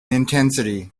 intensity